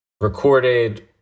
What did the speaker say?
recorded